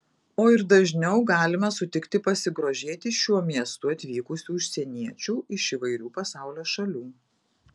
o ir dažniau galime sutikti pasigrožėti šiuo miestu atvykusių užsieniečių iš įvairių pasaulio šalių